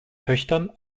töchtern